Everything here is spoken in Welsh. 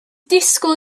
disgwyl